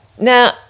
Now